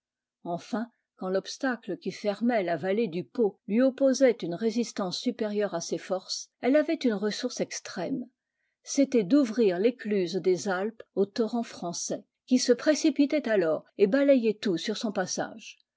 enfin quand l'obstacle qui fermait la vallée du pô lui opposait une résistance supérieure à ses forces elle avait une ressource extrême c'était d'ouvrir l'écluse des alpes au torrent français qui se précipitait alors et balayait tout sur son passage